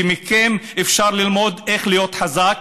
ומכם אפשר ללמוד איך להיות חזק.